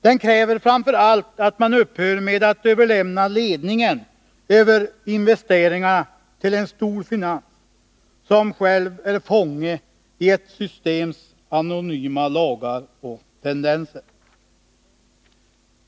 Den kräver framför allt att man upphör med att överlämna ledningen över investeringarna till en storfinans som själv är fånge i ett systems anonyma lagar och tendenser.